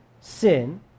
sin